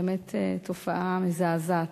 באמת תופעה מזעזעת.